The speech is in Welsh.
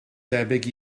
debyg